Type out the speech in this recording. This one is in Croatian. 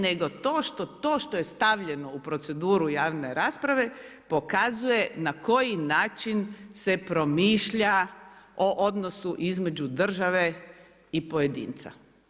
Nego to što je stavljeno u proceduru javne rasprave, pokazuje na koji način se promišlja o odnosu između države i pojedince.